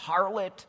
harlot